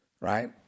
right